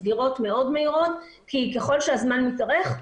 סגירות מאוד מהירות כי ככל שהזמן מתארך,